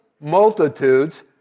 multitudes